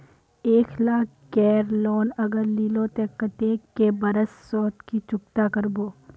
एक लाख केर लोन अगर लिलो ते कतेक कै बरश सोत ती चुकता करबो?